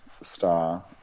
star